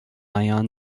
ion